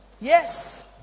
Yes